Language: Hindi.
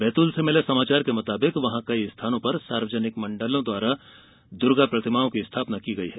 बैतूल से मिले समाचार के मुताबिक वहां कई स्थानों पर सार्वजनिक मण्डलों द्वारा दुर्गा प्रतिमाओं की स्थापना की गई है